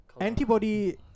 antibody